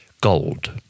Gold